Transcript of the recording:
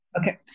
Okay